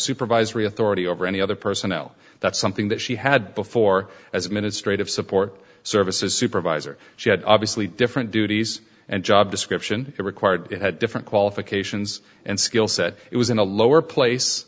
supervisory authority over any other personnel that's something that she had before as administrative support services supervisor she had obviously different duties and job description required it had different qualifications and skill set it was in a lower place